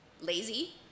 lazy